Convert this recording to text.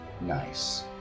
nice